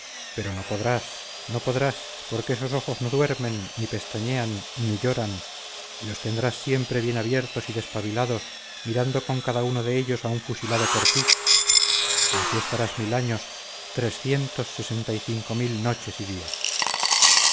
pero no podrás no podrás porque esos ojos no duermen ni pestañean ni lloran y los tendrás siempre bien abiertos y despabilados mirando con cada uno de ellos a un fusilado por ti y así estarás mil años trescientos sesenta y cinco mil noches y días